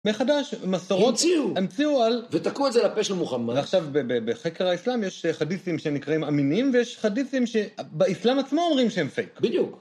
מחדש, מסורות, המציאו על... ותקעו על זה לפה של מוחמד. ועכשיו בחקר האסלאם יש חדיסתים שנקראים אמינים, ויש חדיסתים שבאסלאם עצמו אומרים שהם פייק. בדיוק.